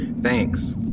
Thanks